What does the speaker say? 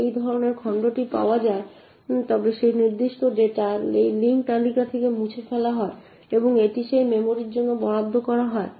যদি এই ধরনের খণ্ডটি পাওয়া যায় তবে সেই নির্দিষ্ট ডেটা এই লিঙ্ক তালিকা থেকে মুছে ফেলা হয় এবং এটি সেই মেমরির জন্য বরাদ্দ করা হয়